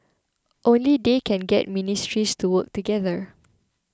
only they can get ministries to work together